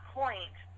point